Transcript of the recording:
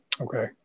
Okay